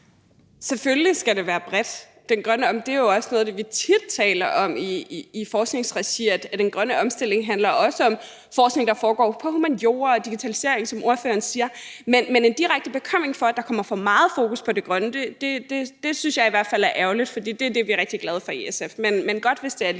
Selvfølgelig skal det være bredt. Det er jo også noget af det, vi tit taler om i forskningsregi, nemlig at den grønne omstilling også handler om forskning, der foregår på humaniora, og at det er digitalisering, som ordføreren siger. Men en direkte bekymring for, at der kommer for meget fokus på det grønne, synes jeg i hvert fald er ærgerligt. For det er det, vi er rigtig glade for i SF.